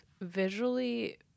visually